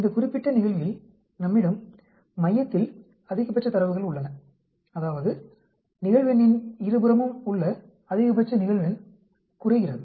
இந்த குறிப்பிட்ட நிகழ்வில் நம்மிடம் மையத்தில் அதிகபட்ச தரவுகள் உள்ளன அதாவது நிகழ்வெண்ணின் இருபுறமும் உள்ள அதிகபட்ச நிகழ்வெண் குறைகிறது